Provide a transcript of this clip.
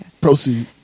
proceed